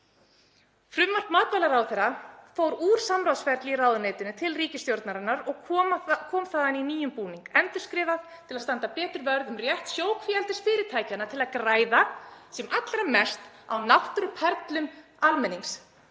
Frumvarp matvælaráðherra fór úr samráðsferli í ráðuneytinu til ríkisstjórnarinnar og kom þaðan í nýjum búningi, endurskrifað til að standa betur vörð um rétt sjókvíaeldisfyrirtækjanna til að græða sem allra mest á náttúruperlum almennings.